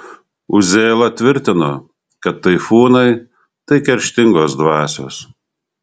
uzėla tvirtino kad taifūnai tai kerštingos dvasios